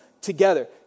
together